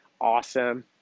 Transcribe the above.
awesome